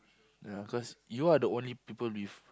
ya cause you are the only people with